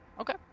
Okay